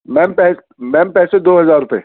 میم ma'am پیسے دو ہزار روپیے